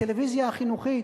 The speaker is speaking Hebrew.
הטלוויזיה החינוכית,